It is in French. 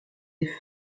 les